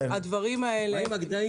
מה עם הגדיים?